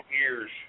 years